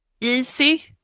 easy